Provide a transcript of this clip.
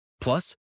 plus